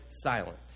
silent